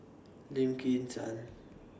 Lim Kim San